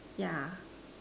ya